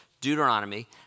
Deuteronomy